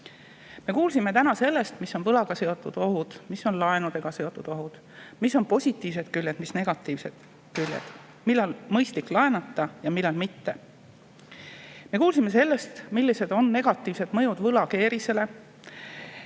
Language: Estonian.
Me kuulsime täna sellest, mis on võlaga seotud ohud, mis on laenudega seotud ohud, mis on positiivsed küljed, mis on negatiivsed küljed, millal on mõistlik laenata ja millal mitte. Me kuulsime sellest, millised on võlakeerise